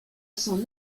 son